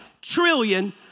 trillion